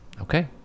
Okay